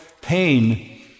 pain